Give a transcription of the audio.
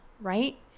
right